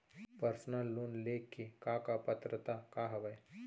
Personal loan ले के का का पात्रता का हवय?